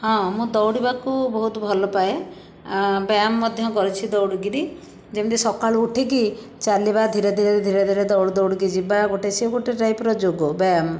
ହଁ ମୁଁ ଦୌଡ଼ିବାକୁ ବହୁତ ଭଲପାଏ ବ୍ୟାୟାମ ମଧ୍ୟ କରିଛି ଦଉଡ଼ିକିରି ଯେମିତି ସକାଳୁ ଉଠିକି ଚାଲିବା ଧିରେ ଧିରେ ଧିରେ ଧିରେ ଦଉଡ଼ି ଦଉଡ଼ିକି ଯିବା ଗୋଟେ ସିଏ ଗୋଟେ ଟାଇପର ଯୋଗ ବ୍ୟାୟାମ